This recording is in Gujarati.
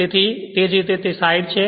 તેથી તે જ રીતે તે આ સાઈડ છે